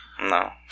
No